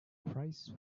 price